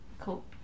Cool